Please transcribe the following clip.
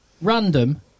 Random